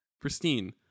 Pristine